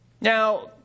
Now